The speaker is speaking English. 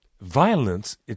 Violence